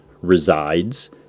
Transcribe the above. resides